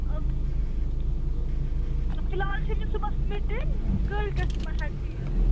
آ تہٕ فِلحال چھِ مےٚ صُبَحس میٖٹِنٛگ کٲلۍ کٮ۪تھ ما ہٮ۪کہٕ بہٕ یِتھ